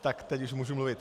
Tak teď už můžu mluvit.